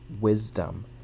wisdom